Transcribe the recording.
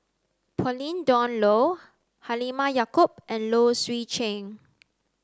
Pauline Dawn Loh Halimah Yacob and Low Swee Chen